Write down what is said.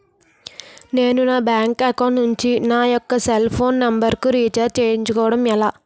నేను నా bank account నుంచి నా యెక్క సెల్ ఫోన్ నంబర్ కు రీఛార్జ్ చేసుకోవడం ఎలా?